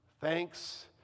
Thanks